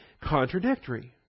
contradictory